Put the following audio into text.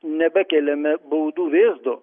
nebekeliame baudų vėzdu